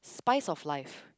spice of life